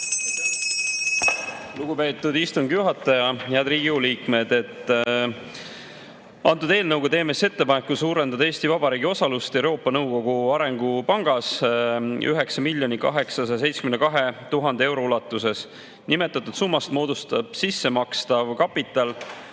Lugupeetud istungi juhataja! Head Riigikogu liikmed! Antud eelnõuga teeme ettepaneku suurendada Eesti Vabariigi osalust Euroopa Nõukogu Arengupangas 9 872 000 euro ulatuses. Nimetatud summast moodustab sissemakstav kapital